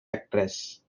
actress